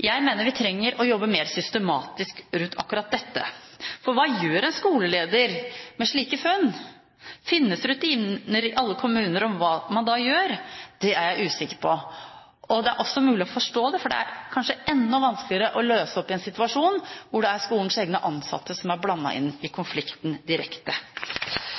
Jeg mener vi trenger å jobbe mer systematisk rundt akkurat dette. For hva gjør en skoleleder med slike funn? Finnes det rutiner i alle kommuner på hva man da gjør? Det er jeg usikker på. Det er også mulig å forstå det, for det er kanskje enda vanskeligere å løse opp i en situasjon hvor det er skolens egne ansatte som er blandet inn i konflikten direkte.